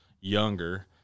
younger